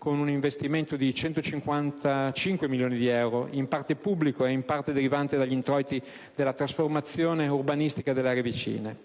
con un investimento di 155 milioni di euro, in parte pubblico e in parte proveniente dagli introiti della trasformazione urbanistica delle aree vicine.